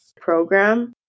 program